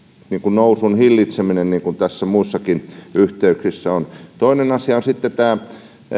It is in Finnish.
nousun hillitseminen niin kuin tässä muissakin yhteyksissä on toinen asia on sitten tämä